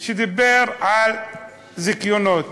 שדיבר על זיכיונות.